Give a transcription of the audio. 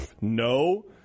no